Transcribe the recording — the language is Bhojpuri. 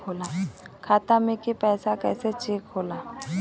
खाता में के पैसा कैसे चेक होला?